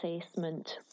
assessment